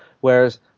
Whereas